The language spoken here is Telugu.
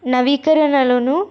నవీకరణలను